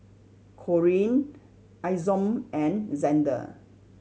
Corrine Isom and Xander